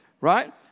right